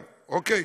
אוקיי.